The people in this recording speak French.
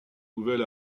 nouvel